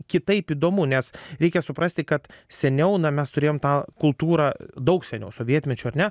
kitaip įdomu nes reikia suprasti kad seniau na mes turėjom tą kultūrą daug seniau sovietmečiu ar ne